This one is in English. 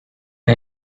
the